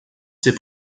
ses